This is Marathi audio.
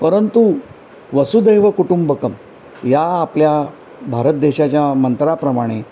परंतु वसुधैव कुटुंबकम् या आपल्या भारत देशाच्या मंत्राप्रमाणे